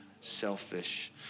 Selfish